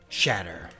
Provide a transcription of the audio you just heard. shatter